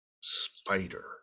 spider